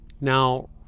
now